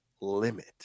limit